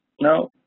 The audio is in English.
no